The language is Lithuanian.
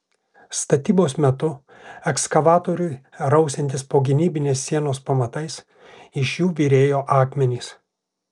statybos metu ekskavatoriui rausiantis po gynybinės sienos pamatais iš jų byrėjo akmenys